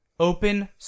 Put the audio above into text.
Open